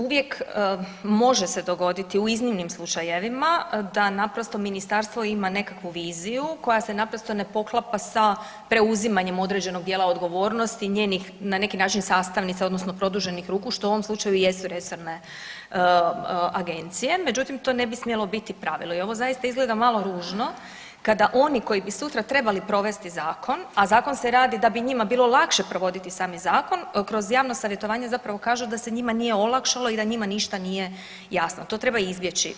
Uvijek može se dogoditi u iznimnim slučajevima da naprosto ministarstvo ima nekakvu viziju koja se naprosto ne poklapa sa preuzimanjem određenog dijela odgovornosti i njenih na neki način sastavnica odnosno produženih ruku, što u ovom slučaju jesu resorne agencije, međutim to ne bi smjelo biti pravilo i ovo zaista izgleda malo ružno kada oni koji bi sutra trebali provesti zakon, a zakon se radi da bi njima bilo lakše provoditi sami zakon kroz javno savjetovanje zapravo kažu da se njima nije olakšalo i da njima ništa nije jasno, to treba izbjeći.